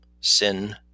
sin